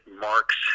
marks